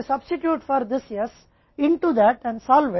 Cs 1 DP